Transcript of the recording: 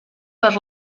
per